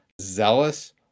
zealous